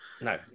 No